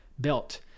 built